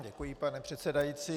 Děkuji, pane předsedající.